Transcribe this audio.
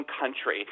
country